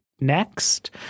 next